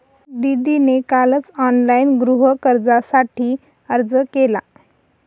दीदीने कालच ऑनलाइन गृहकर्जासाठी अर्ज केला